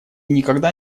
никогда